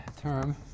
term